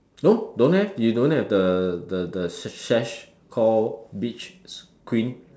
no don't have you don't have the the the sash called beach sh~ queen